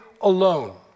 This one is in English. alone